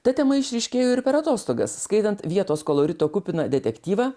ta tema išryškėjo ir per atostogas skaitant vietos kolorito kupiną detektyvą